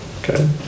Okay